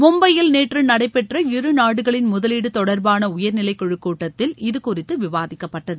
மும்பையில் நேற்று நடைபெற்ற இரு நாடுகளின் முதலீடு தொடர்பான உயர்நிலை குழு கூட்டத்தில் இதுகுறித்து விவாதிக்கப்பட்டது